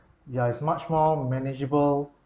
ya it's much more manageable